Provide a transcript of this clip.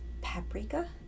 paprika